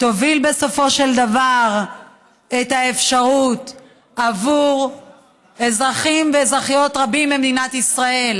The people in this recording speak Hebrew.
תוביל בסופו של דבר את האפשרות עבור אזרחים ואזרחיות רבים במדינת ישראל